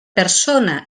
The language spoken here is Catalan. persona